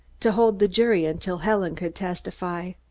to hold the jury until helen could testify.